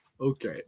Okay